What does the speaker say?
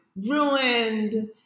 ruined